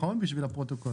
נכון, בשביל הפרוטוקול.